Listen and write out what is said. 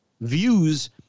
views